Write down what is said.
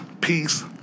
Peace